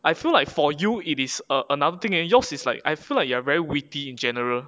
I feel like for you it is a a another thing leh yours is like I feel like you are very witty in general